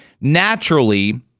naturally